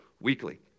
weekly